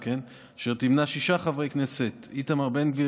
אשר תמנה שישה חברי כנסת: איתמר בן גביר,